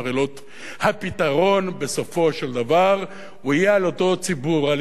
הפתרון בסופו של דבר יהיה על-ידי אותו ציבור